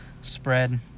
spread